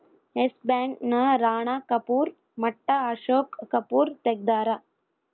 S Bank ನ ರಾಣ ಕಪೂರ್ ಮಟ್ಟ ಅಶೋಕ್ ಕಪೂರ್ ತೆಗ್ದಾರ